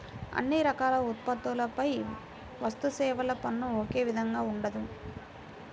అన్ని రకాల ఉత్పత్తులపై వస్తుసేవల పన్ను ఒకే విధంగా ఉండదు